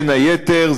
בין היתר,